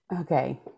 Okay